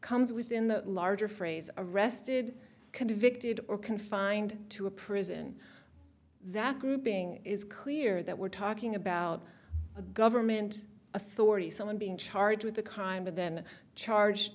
comes within the larger phrase arrested convicted or confined to a prison that grouping is clear that we're talking about a government authority someone being charged with the kind of then charged